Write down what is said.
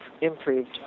improved